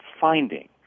finding